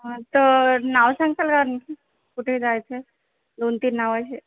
हं तर नाव सांगताल का कुठे जायचंय दोन तीन नावं असे